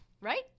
Right